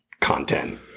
content